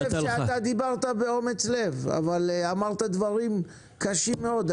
אני חושב שאתה דיברת באומץ-לב אבל אמרת דברים קשים מאוד.